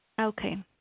Okay